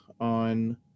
on